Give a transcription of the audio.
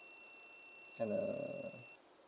and err